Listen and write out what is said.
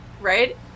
right